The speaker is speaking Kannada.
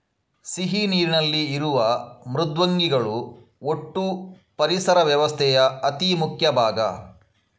ಸಿಹಿ ನೀರಿನಲ್ಲಿ ಇರುವ ಮೃದ್ವಂಗಿಗಳು ಒಟ್ಟೂ ಪರಿಸರ ವ್ಯವಸ್ಥೆಯ ಅತಿ ಮುಖ್ಯ ಭಾಗ